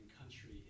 country